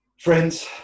Friends